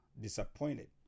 disappointed